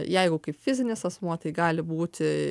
jeigu kaip fizinis asmuo tai gali būti